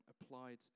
applied